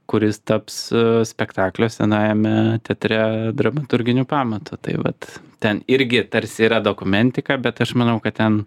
kuris taps spektaklio senajame teatre dramaturginiu pamatu tai vat ten irgi tarsi yra dokumentika bet aš manau kad ten